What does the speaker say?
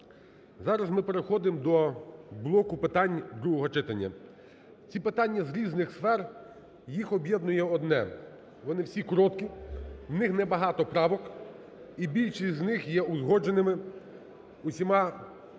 Зараз ми переходимо до блоку питань "другого читання". Ці питання з різних сфер, їх об'єднує одне: вони всі короткі, у них небагато правок, і більшість з них є узгодженими усіма фракціями